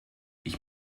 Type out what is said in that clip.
ich